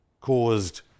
caused